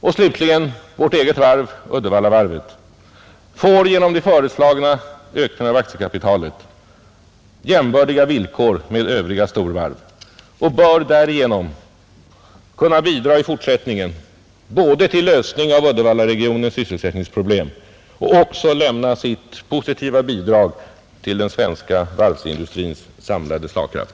Och slutligen får vårt eget varv, Uddevallavarvet, genom den föreslagna ökningen av aktiekapitalet jämbördiga villkor med övriga storvarv och bör därigenom i fortsättningen kunna både bidra till lösningen av Uddevallaregionens sysselsättningsproblem och lämna sitt positiva bidrag till den svenska varvsindustrins samlade slagkraft.